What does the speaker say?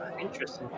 interesting